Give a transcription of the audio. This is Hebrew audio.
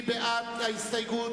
משרד האוצר,